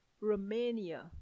Romania